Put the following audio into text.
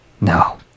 No